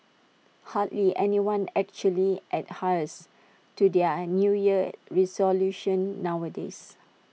hardly anyone actually adheres to their New Year resolutions nowadays